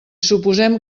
suposem